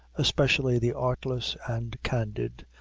especially the artless and candid,